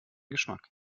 geschmack